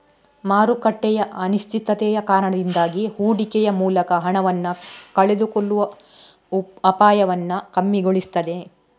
ಮಾರುಕಟ್ಟೆಯ ಅನಿಶ್ಚಿತತೆಯ ಕಾರಣದಿಂದಾಗಿ ಹೂಡಿಕೆಯ ಮೂಲಕ ಹಣವನ್ನ ಕಳೆದುಕೊಳ್ಳುವ ಅಪಾಯವನ್ನ ಕಮ್ಮಿಗೊಳಿಸ್ತದೆ